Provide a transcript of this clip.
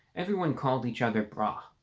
everyone called each other brah.